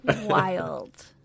wild